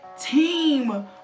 team